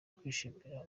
kwishimira